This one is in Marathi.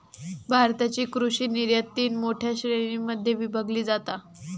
भारताची कृषि निर्यात तीन मोठ्या श्रेणीं मध्ये विभागली जाता